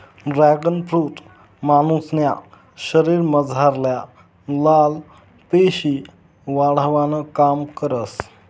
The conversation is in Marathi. ड्रॅगन फ्रुट मानुसन्या शरीरमझारल्या लाल पेशी वाढावानं काम करस